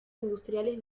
industriales